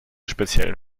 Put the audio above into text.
speziellen